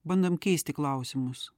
bandom keisti klausimus